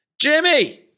Jimmy